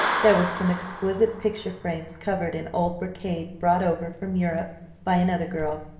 there were some exquisite picture frames covered in old brocade brought over from europe by another girl,